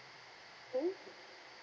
oh